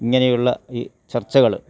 ഇങ്ങനെയുള്ള ഈ ചർച്ചകൾ